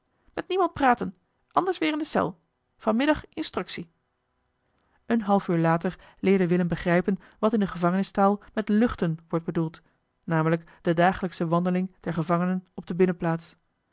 met niemand praten anders weer in de cel van middag instructie een half uur later leerde willem begrijpen wat in de gevangenistaal met luchten wordt bedoeld namelijk de dagelijksche wande ling der gevangenen op de binnenplaats